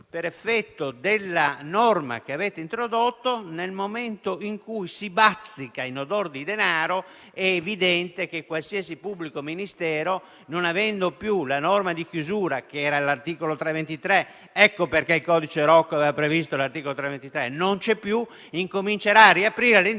per effetto della norma che avete introdotto, nel momento in cui si bazzica in odor di denaro, è evidente che qualsiasi pubblico ministero, non avendo più la norma di chiusura che era l'articolo 323 - ecco perché il codice Rocco aveva previsto l'articolo 323 - comincerà a riaprire l'indagine